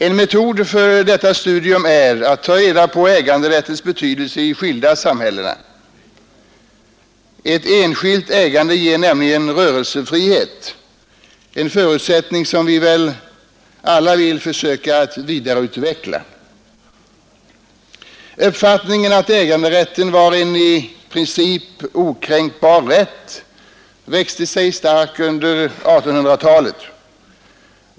En metod för sådant studium är att ta reda på äganderättens betydelse i de skilda samhällena. Ett enskilt ägande ger nämligen rörelsefrihet, och det är en förutsättning som vi alla vill försöka att vidareutveckla. Uppfattningen att äganderätten var en i princip okränkbar rätt växte sig stark under 1800-talet.